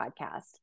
podcast